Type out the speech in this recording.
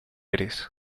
eres